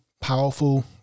powerful